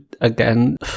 again